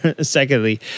Secondly